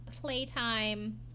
playtime